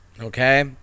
Okay